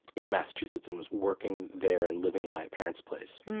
in massachusetts and was working there and living in my parents' place.